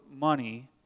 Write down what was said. money